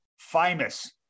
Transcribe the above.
Famous